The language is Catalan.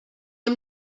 amb